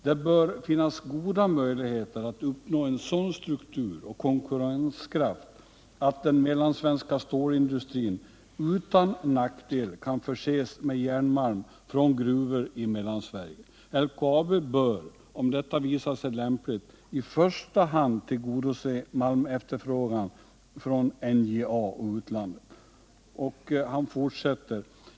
Det bör finnas goda möjligheter att uppnå en sådan struktur och konkurrenskraft att den mellansvenska stålindustrin utan nackdel kan förses med järnmalm från gruvor i Mellansverige. LKAB bör, om detta visar sig lämpligt, i första hand tillgodose malmefterfrågan från NJA och utlandet.